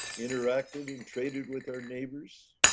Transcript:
interacted and traded with our neighbors,